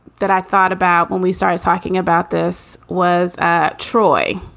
that i thought about when we started talking about this was ah troy